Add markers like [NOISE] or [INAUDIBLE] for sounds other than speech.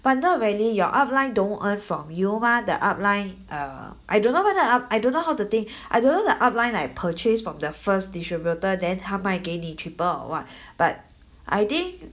but not really your up line don't earn from you mah the up line err I don't know whether ah I don't know how to to think I don't know the up line like purchased from the first distributor than 他卖给你 triple or what [BREATH] but I think